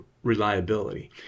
reliability